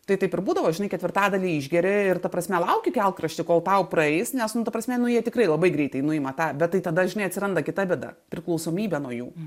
tai taip ir būdavo žinai ketvirtadalį išgeri ir ta prasme lauki kelkrašty kol tau praeis nes nu ta prasme nu jie tikrai labai greitai nuima tą bet tai tada žinai atsiranda kita bėda priklausomybė nuo jų